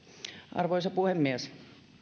arvoisa puhemies